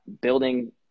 building